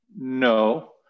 No